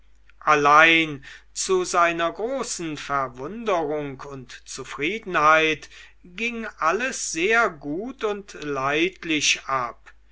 allein zu seiner großen verwunderung und zufriedenheit ging alles sehr gut und leidlich ab